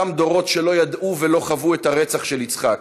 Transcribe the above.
אותם דורות שלא ידעו ולא חוו את הרצח של יצחק,